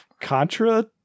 Contra